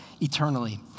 eternally